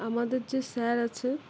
আমাদের যে স্যার আছে